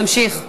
תמשיך.